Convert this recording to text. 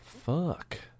Fuck